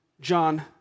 John